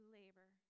labor